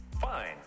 Fine